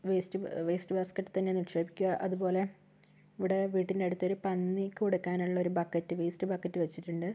waste waste ബാസ്കറ്റിൽ തന്നെ നിക്ഷേപിക്കുക അതുപോലെ ഇവിടെ വീട്ടിന്റെ അടുത്തൊരു പന്നിക്ക് കൊടുക്കാനുള്ള ഒരു ബക്കറ്റ് വേസ്റ്റ് ബക്കറ്റ് വച്ചിട്ടുണ്ട്